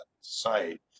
site